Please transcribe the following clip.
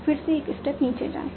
फिर से एक स्टेप नीचे जाएं